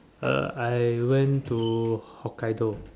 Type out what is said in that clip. uh I went to Hokkaido